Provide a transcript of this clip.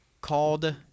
called